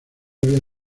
había